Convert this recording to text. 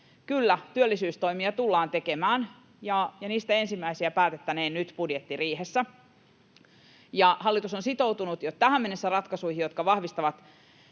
Kyllä, työllisyystoimia tullaan tekemään ja niistä ensimmäisiä päätettäneen nyt budjettiriihessä. Hallitus on sitoutunut jo tähän mennessä ratkaisuihin, jotka vahvistavat